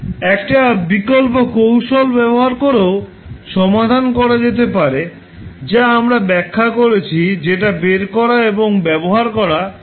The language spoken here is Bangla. একটা বিকল্প কৌশল ব্যবহার করেও সমাধান করা যেতে পারে যা আমরা ব্যাখ্যা করেছি যেটা বের করা এবং ব্যবহার করা সহজ